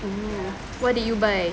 oh what did you buy